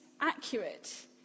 accurate